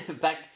back